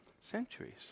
centuries